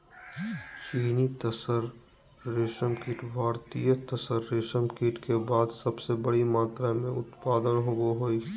चीनी तसर रेशमकीट भारतीय तसर रेशमकीट के बाद सबसे बड़ी मात्रा मे उत्पादन होबो हइ